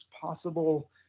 possible